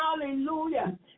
hallelujah